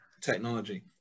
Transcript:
technology